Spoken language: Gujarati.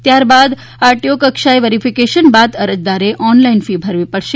ત્યારબાદ આઈટીઓ કક્ષાએ વેરીફીકેશન બાદ અરજદારે ઓનલાઈન ફી ભરવી પડશે